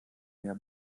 mehr